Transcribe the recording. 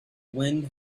wind